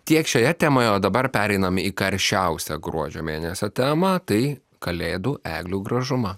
tiek šioje temoje o dabar pereinam į karščiausią gruodžio mėnesio temą tai kalėdų eglių gražumą